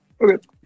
Okay